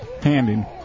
Handing